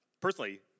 Personally